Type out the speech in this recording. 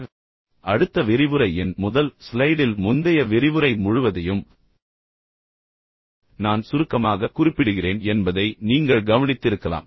எனவே அடுத்த விரிவுரையின் முதல் ஸ்லைடில் முந்தைய விரிவுரை முழுவதையும் நான் சுருக்கமாகக் குறிப்பிடுகிறேன் என்பதை நீங்கள் கவனித்திருக்கலாம்